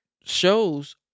shows